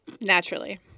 naturally